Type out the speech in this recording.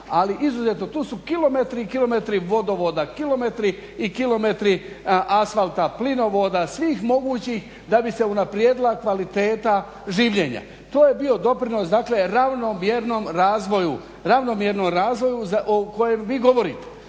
ali izuzetno, tu su kilometri i kilometri vodovoda, kilometri i kilometri asfalta, plinovoda, svih mogućih da bi se unaprijedila kvaliteta življenja. To je bio doprinos dakle ravnomjernom razvoju o kojem vi govorite.